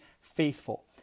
faithful